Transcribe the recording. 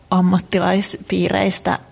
ammattilaispiireistä